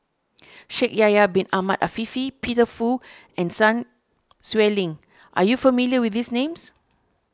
Shaikh Yahya Bin Ahmed Afifi Peter Fu and Sun Xueling are you not familiar with these names